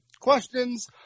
questions